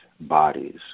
bodies